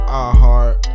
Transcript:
iHeart